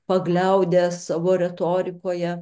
pagliaudęs savo retorikoje